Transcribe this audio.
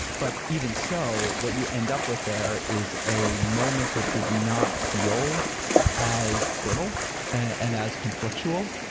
but even so what you end up with there is a moment that does not feel as brittle and as conflictual.